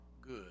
good